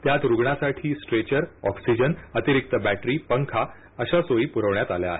त्यात रुग्णासाठी stretcher oxygen अतिरिक्त बॅटरी पंखा अशा सोयी पुरवण्यात आल्या आहेत